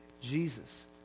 Jesus